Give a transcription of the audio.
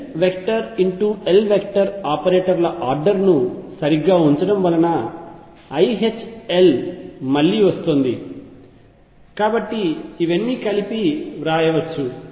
L L ఆపరేటర్ల order ను సరిగ్గా ఉంచడం వలన iℏL మళ్లీ వస్తోంది కాబట్టి ఇవన్నీ కలిపి వ్రాయవచ్చు